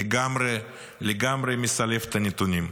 לגמרי מסלף את הנתונים.